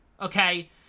Okay